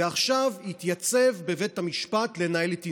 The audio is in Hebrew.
ועכשיו יתייצב בבית המשפט לנהל את ענייניו.